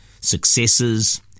successes